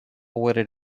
wooded